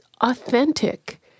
authentic